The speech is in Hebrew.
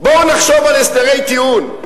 בואו נחשוב על הסדרי טיעון.